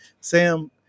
Sam